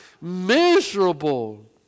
miserable